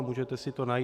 Můžete si to najít.